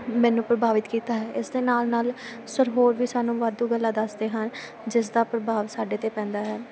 ਮੈਨੂੰ ਪ੍ਰਭਾਵਿਤ ਕੀਤਾ ਹੈ ਇਸ ਦੇ ਨਾਲ ਨਾਲ ਸਰ ਹੋਰ ਵੀ ਸਾਨੂੰ ਵਾਧੂ ਗੱਲਾਂ ਦੱਸਦੇ ਹਨ ਜਿਸ ਦਾ ਪ੍ਰਭਾਵ ਸਾਡੇ 'ਤੇ ਪੈਂਦਾ ਹੈ